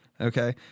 Okay